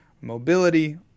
mobility